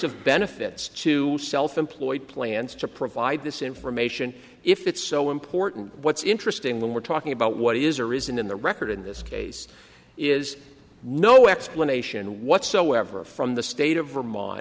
of benefits to self employed plans to provide this information if it's so important what's interesting when we're talking about what is or isn't in the record in this case is no explanation whatsoever from the state of vermont